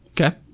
Okay